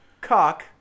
Cock